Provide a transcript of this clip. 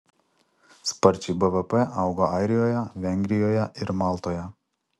sparčiai bvp augo airijoje vengrijoje ir maltoje